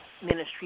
ministry